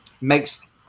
makes